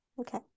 okay